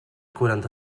quaranta